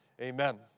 Amen